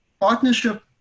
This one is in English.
partnership